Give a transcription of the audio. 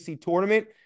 tournament